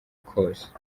cose